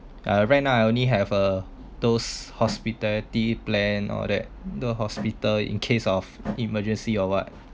uh right now I only have a those hospitality plan all that those hospital in case of emergency or what